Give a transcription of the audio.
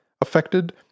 affected